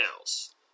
else